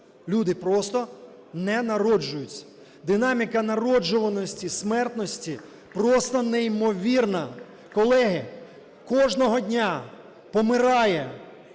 люди просто не народжуються. Динаміка народжуваності, смертності просто неймовірна. Колеги, кожного дня помирає